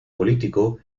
político